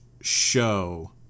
show